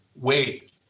wait